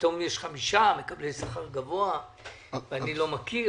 פתאום יש חמישה מקבלי שכר גבוה שאני לא מכיר.